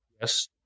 yes